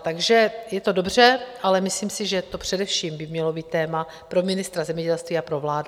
Takže je to dobře, ale myslím si, že by to především mělo být téma pro ministra zemědělství a pro vládu.